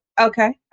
Okay